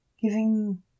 giving